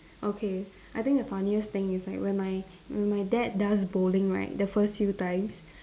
okay I think the funniest thing is like when my when my dad does bowling right the first few times